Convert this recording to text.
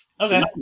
Okay